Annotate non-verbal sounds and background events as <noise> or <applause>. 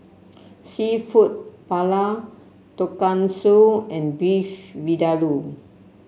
<noise> seafood Paella Tonkatsu and Beef Vindaloo